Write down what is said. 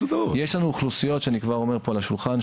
יש לנו אוכלוסיות שאני כבר אומר פה על השולחן,